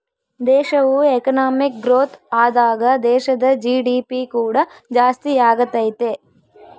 ದೇಶವು economic growth ಆದಾಗ ದೇಶದ ಜಿ.ಡಿ.ಪಿ ಕೂಡ ಜಾಸ್ತಿಯಾಗತೈತೆ